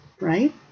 right